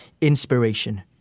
inspiration